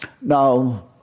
Now